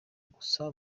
gusa